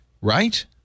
Right